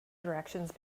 directions